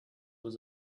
was